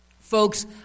Folks